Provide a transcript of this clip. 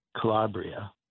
Calabria